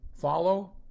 Follow